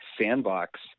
sandbox